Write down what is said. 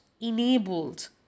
enabled